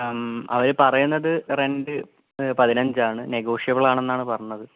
അവർ പറയുന്നത് റെന്റ് പതിനഞ്ചാണ് നെഗോഷ്യബിളാണെന്നാണ് പറഞ്ഞത്